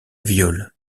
viole